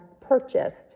purchased